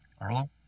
Arlo